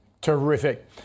Terrific